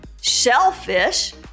shellfish